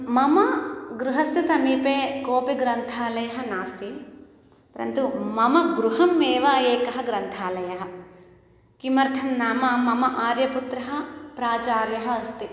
मम गृहस्य समीपे कोपि ग्रन्थालयः नास्ति परन्तु मम गृहः एव एकः ग्रन्थालयः किमर्थं नाम मम आर्यपुत्रः प्राचार्यः अस्ति